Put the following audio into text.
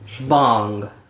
Bong